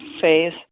phase